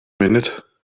minute